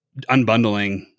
unbundling